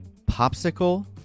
popsicle